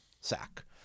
Sack